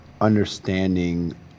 understanding